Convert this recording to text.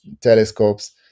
telescopes